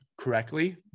correctly